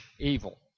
Evil